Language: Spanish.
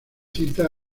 cita